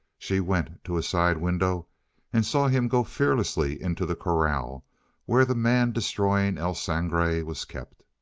she went to a side window and saw him go fearlessly into the corral where the man-destroying el sangre was kept.